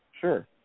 Sure